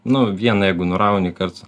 nu vieną jeigu nurauni karts